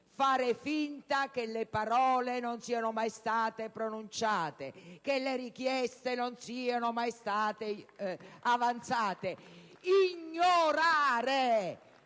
far finta che le parole non siano mai state pronunciate e che le richieste non siano mai state avanzate.